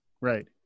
right